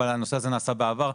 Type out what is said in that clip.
אבל הנושא הזה נעשה בעבר,